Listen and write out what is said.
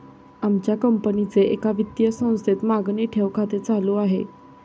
आमच्या कंपनीचे एका वित्तीय संस्थेत मागणी ठेव खाते चालू आहे